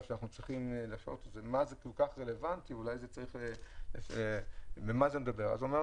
אז אומרים,